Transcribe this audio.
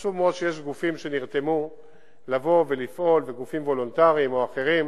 חשוב מאוד שיש גופים שנרתמים לבוא ולפעול וגופים וולונטריים ואחרים.